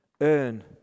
earn